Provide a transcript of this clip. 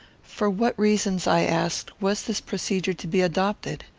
for what reasons, i asked, was this procedure to be adopted?